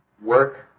work